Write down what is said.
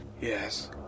Yes